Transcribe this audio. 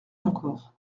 encore